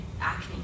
acne